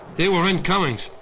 they were in-comings.